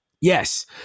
Yes